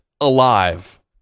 alive